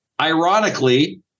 ironically